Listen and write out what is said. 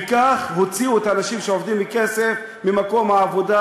וכך הוציאו את האנשים שעובדים בכסף ממקום העבודה,